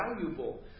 valuable